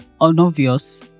unobvious